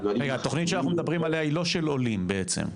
התוכנית שאנחנו מדברים עליה היא לא של עולים בעצם,